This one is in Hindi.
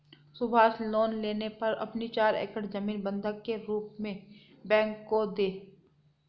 सुभाष लोन लेने पर अपनी चार एकड़ जमीन बंधक के रूप में बैंक को दें